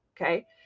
okay